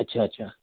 अच्छा अच्छा